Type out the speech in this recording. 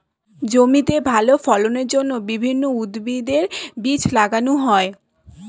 জমিতে ভালো ফলনের জন্য বিভিন্ন উদ্ভিদের বীজ লাগানো হয়